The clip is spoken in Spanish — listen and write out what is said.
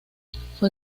fue